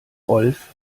rolf